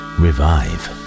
revive